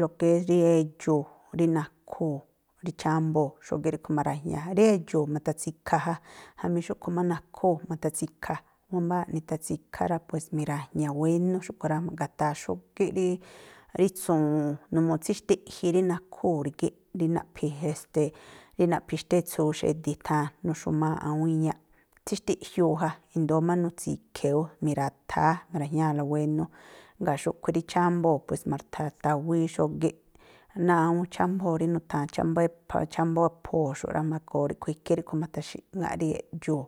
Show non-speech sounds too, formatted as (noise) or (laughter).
lo ke es rí edxu̱u̱, rí nakhúu̱, rí chámbóo̱, xógíꞌ ríꞌkhui̱ ma̱ra̱jña̱. Rí edxu̱u̱ ma̱tha̱tsi̱kha̱ ja, jamí xúꞌkhui̱ má nakhúu̱ ma̱tha̱tsi̱kha̱. Wámbáa̱ꞌ nithatsikhá rá, pues mi̱ra̱jña̱ wénú xúꞌkhui̱ rá, ma̱ꞌgataa xógíꞌ rí rí tsu̱wu̱u̱n, numuu tsíxtiꞌji rí nakhúu̱ rígíꞌ, rí naꞌphi̱ este, rí naꞌphi̱ xtétsuu xedi̱ tháa̱n, nuxu̱maa̱ꞌ awúún iñáꞌ, tsíxtiꞌjiuu ja, i̱ndóó má nutsi̱khe̱ ú, mi̱ra̱tháá, mi̱ra̱jñáa̱la wénú, jngáa̱ xúꞌkhui̱ rí chámbóo̱, pues ma̱tha̱rtawíí xógíꞌ. Náa̱ꞌ awúún chámbóo̱ rí nu̱tha̱a (unintelligible) chambá a̱pho̱o̱ ma̱goo ríꞌkhui̱ ikhí ríꞌkhui̱ ma̱tha̱xi̱ꞌŋáꞌ rí eꞌdxuu̱.